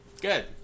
Good